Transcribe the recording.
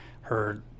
heard